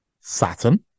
Saturn